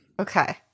Okay